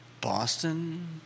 Boston